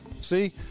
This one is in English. See